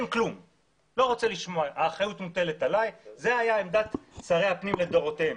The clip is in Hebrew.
זו הייתה עמדת שרי הפנים לדורותיהם.